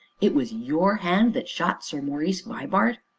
it was your hand that shot sir maurice vibart?